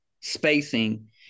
spacing